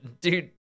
dude